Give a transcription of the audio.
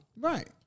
Right